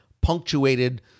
punctuated